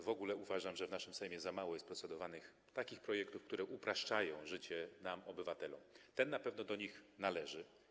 W ogóle uważam, że w naszym Sejmie za mało jest procedowanych takich projektów, które upraszczają życie nam, obywatelom, a ten na pewno do nich należy.